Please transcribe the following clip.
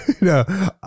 no